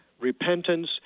repentance